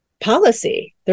policy